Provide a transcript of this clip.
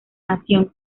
nación